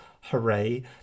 hooray